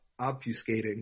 obfuscating